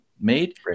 made